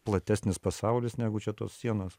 platesnis pasaulis negu čia tos sienos